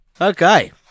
Okay